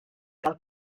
gael